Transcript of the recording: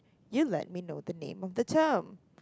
you let me know the name of the term